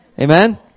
Amen